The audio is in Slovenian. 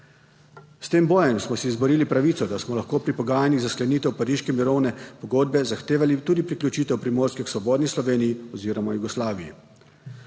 S tem bojem smo si izborili pravico, da smo lahko pri pogajanjih za sklenitev Pariške mirovne pogodbe zahtevali tudi priključitev Primorske k svobodni Sloveniji oziroma Jugoslaviji.